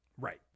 Right